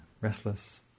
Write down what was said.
restless